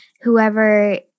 whoever